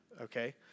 okay